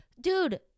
dude